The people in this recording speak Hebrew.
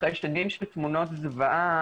אחרי שנים של תמונות זוועה,